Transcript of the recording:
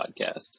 podcast